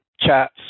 chats